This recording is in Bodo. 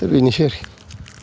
दा बेनोसै आरो